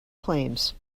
claims